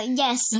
，yes 。